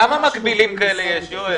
כמה מקבילים כאלה יש?